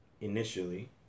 initially